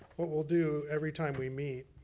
what we'll do every time we meet,